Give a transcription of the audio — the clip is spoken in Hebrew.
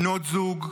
בנות זוג,